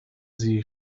sie